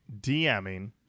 DMing